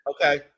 Okay